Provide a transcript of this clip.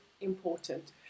important